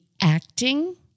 acting